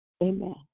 Amen